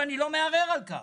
ואני לא מערער על כך.